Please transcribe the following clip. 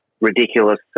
ridiculous